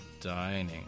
Dining